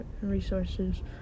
resources